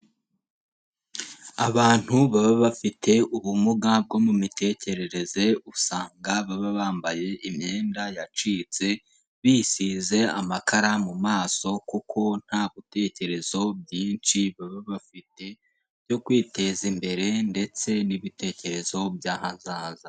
Abantu baba bafite ubumuga bwo mu mitekerereze usanga baba bambaye imyenda yacitse, bisize amakara mu maso kuko nta bitekerezo byinshi baba bafite byo kwiteza imbere ndetse n'ibitekerezo by'ahazaza.